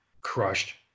crushed